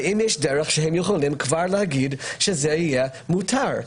האם יש דרך שהם יכולים כבר להגיד שזה יהיה מותר?